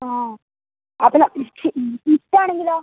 ആ അതിലെ സ്വിഫ്റ്റ് ആണെങ്കിലോ